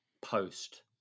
post